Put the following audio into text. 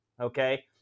okay